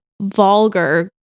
vulgar